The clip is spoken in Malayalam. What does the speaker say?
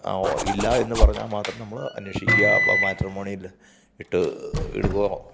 ഇല്ല എന്ന് പറഞ്ഞാൽ മാത്രം നമ്മൾ അന്വേഷിക്കുക അപ്പം മാട്രിമോണിയിൽ ഇട്ട് ഇടുവോ